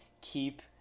keep